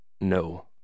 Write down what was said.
No